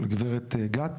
של גברת גת